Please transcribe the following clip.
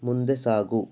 ಮುಂದೆ ಸಾಗು